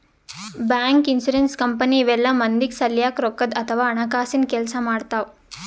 bank, insurance company ಇವೆಲ್ಲ ಮಂದಿಗ್ ಸಲ್ಯಾಕ್ ರೊಕ್ಕದ್ ಅಥವಾ ಹಣಕಾಸಿನ್ ಕೆಲ್ಸ್ ಮಾಡ್ತವ್